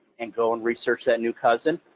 and go and research that new cousin?